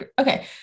okay